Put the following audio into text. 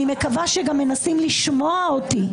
אני מקווה שמנסים לשמוע אותי.